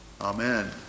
Amen